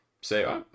say